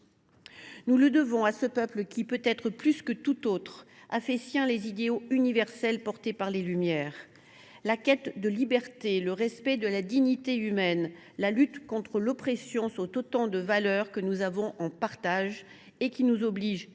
Nous le devons à ce peuple qui, peut être plus que tout autre, a fait siens les idéaux universels portés par les Lumières. La quête de liberté, le respect de la dignité humaine, la lutte contre l’oppression sont autant de valeurs que nous avons en partage et qui nous obligent mutuellement,